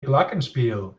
glockenspiel